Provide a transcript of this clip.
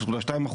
0.2%,